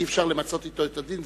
האם אי-אפשר למצות אתו את הדין?